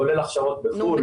כולל הכשרות בחו"ל.